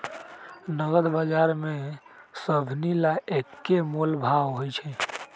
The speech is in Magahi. नगद बजार में सभनि ला एक्के मोलभाव होई छई